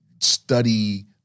study